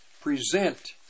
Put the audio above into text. present